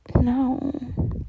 no